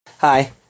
Hi